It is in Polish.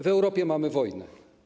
W Europie mamy wojnę.